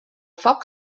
foc